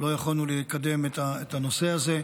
לא יכולנו לקדם את הנושא הזה.